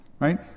right